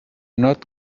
not